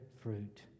fruit